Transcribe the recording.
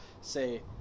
say